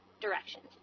directions